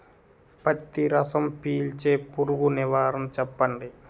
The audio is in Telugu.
పత్తి రసం పీల్చే పురుగు నివారణ చెప్పండి?